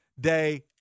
day